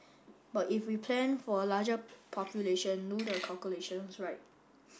but if we plan for a larger population do the calculations right